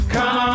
Come